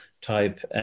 type